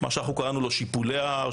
מה שאנחנו קראנו לו שיפולי ההר,